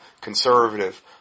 conservative